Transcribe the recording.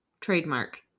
Trademark